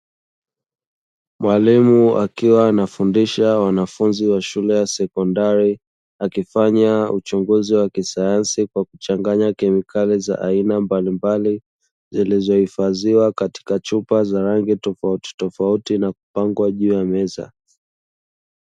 Mwalimu akiwa anafundisha wanafunzi wa shule ya sekondari. Akifanya uchunguzi wa kisayansi za aina mbalimbali, zilizohifadhiwa katika chupa tofauti na kupangwa juu ya meza.